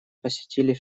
посетили